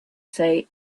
say